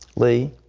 lee.